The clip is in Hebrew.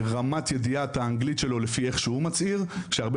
רמת ידיעת האנגלית שלו לפי איך שהוא מצהיר שהרבה